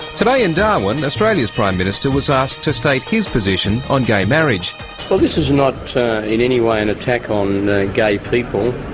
today in darwin, australia's prime minister was asked to state his position on gay marriage. well, this is not in any way an attack on gay people,